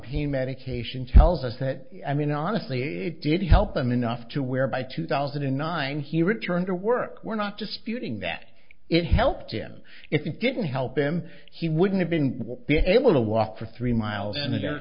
pain medication tells us that i mean honestly it did help him enough to where by two thousand and nine he returned to work we're not disputing that it helped him if you didn't help him he wouldn't have been able to walk for three miles and